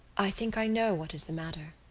i think i know what is the matter.